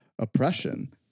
oppression